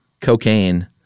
cocaine